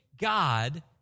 God